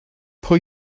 pwy